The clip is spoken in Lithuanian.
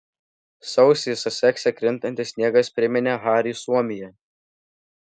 sausį sasekse krintantis sniegas priminė hariui suomiją